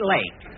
Lake